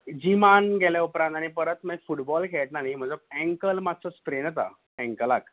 जिमान गेल्या उपरान आनी परत माई फुटबॉल खेळटना न्ही म्हाजो एंकल मात्सो स्प्रेन येता एंकलाक